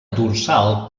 dorsal